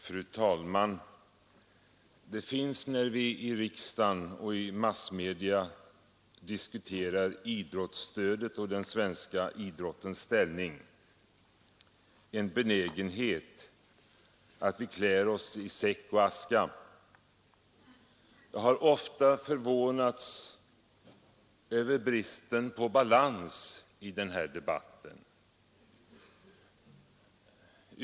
Fru talman! När vi i riksdagen och i massmedia diskuterar idrottsstödet och den svenska idrottens ställning har vi en benägenhet att klä oss i säck och aska. Jag har ofta förvånats över bristen på balans i den här debatten.